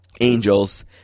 Angels